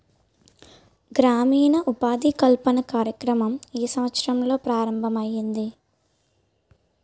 గ్రామీణ ఉపాధి కల్పన కార్యక్రమం ఏ సంవత్సరంలో ప్రారంభం ఐయ్యింది?